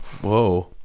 Whoa